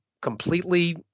completely